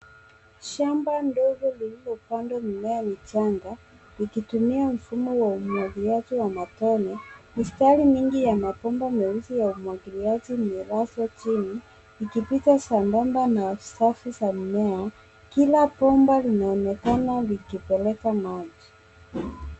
Shamba ndogo lililopandwa mimea michanga ikitumia mfumo wa umwagiliaji wa matone. Mistari mingi ya mabomba meusi ya umwagiliaji imelazwa chini ikipita sambamba na safu za mimea. Kila bomba linaonekana likipeleka maji.